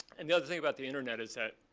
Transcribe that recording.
and the other thing about the internet is that